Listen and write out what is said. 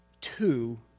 two